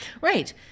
Right